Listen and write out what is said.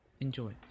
Enjoy